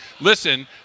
listen